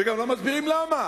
ולא מסבירים למה.